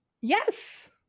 yes